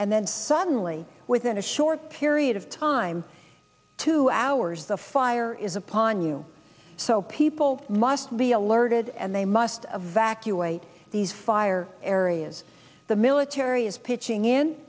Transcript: and then suddenly within a short period of time two hours the fire is upon you so people must be alerted and they must evacuate these fire areas the military is pitching in